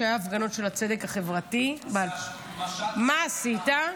כשהיו הפגנות של הצדק החברתי, מה עשית?